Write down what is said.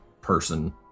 person